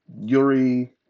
Yuri